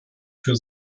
für